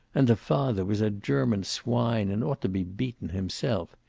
and the father was a german swine, and ought to be beaten himself.